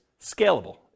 scalable